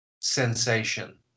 sensation